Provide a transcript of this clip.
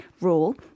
rule